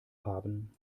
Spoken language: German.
haben